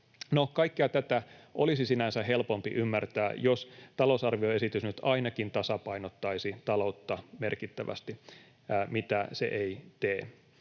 kaikkea tätä olisi sinänsä helpompi ymmärtää, jos talousarvioesitys nyt ainakin tasapainottaisi taloutta merkittävästi, mitä se ei tee.